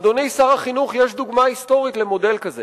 אדוני שר החינוך, יש דוגמה היסטורית למודל כזה